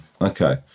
Okay